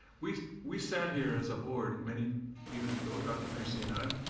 we we sat here as a board many years ago, dr. peercy and i,